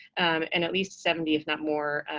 and at least seventy, if not more,